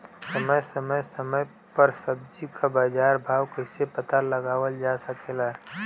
समय समय समय पर सब्जी क बाजार भाव कइसे पता लगावल जा सकेला?